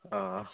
अ